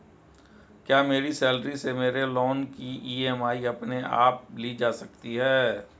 क्या मेरी सैलरी से मेरे लोंन की ई.एम.आई अपने आप ली जा सकती है?